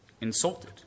insulted